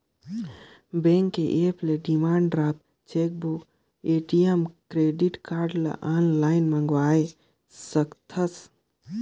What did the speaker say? bank के app ले demand draft, chequebook, ATM, credit card ल आनलाइन मंगवाये सकथस